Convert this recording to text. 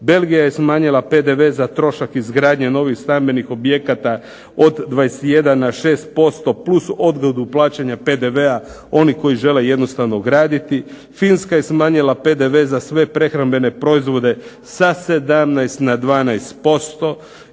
Belgija je smanjila PDV za trošak izgradnje novih stambenih objekata od 21 na 6% plus odgodu plaćanja PDV-a onih koji žele jednostavno graditi. Finska je smanjila PDV za sve prehrambene proizvode sa 17 na 12%.